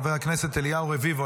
חבר הכנסת אליהו רביבו,